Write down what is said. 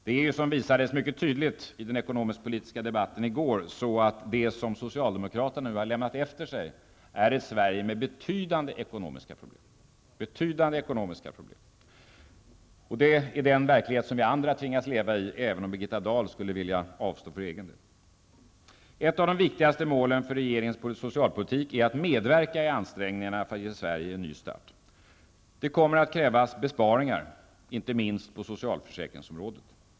Det som visades mycket tydligt i den ekonomiskpolitiska debatten i går var att socialdemokraterna nu har lämnat efter sig ett Sverige med betydande ekonomiska problem. Det är den verklighet som vi andra tvingas leva i, även om Birgitta Dahl skulle vilja avstå för egen del. Ett av de viktigaste målen för regeringens socialpolitik är att medverka i ansträngningarna i att ge Sverige en ny start. Det kommer att krävas besparingar, inte minst på socialförsäkringsområdet.